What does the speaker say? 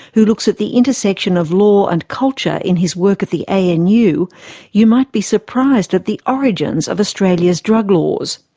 who looks at the intersection of law and culture in his work at the anu, and you you might be surprised at the origins of australia's drug laws.